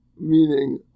meaning